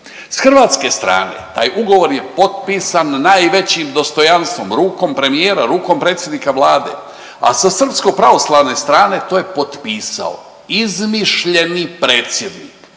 S hrvatske strane, taj ugovor je potpisan najvećim dostojanstvom, rukom premijer, rukom predsjednika vlade, a sa srpsko-pravoslavne strane, to je potpisao izmišljeni predsjednik